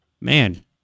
Man